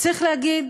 צריך להגיד,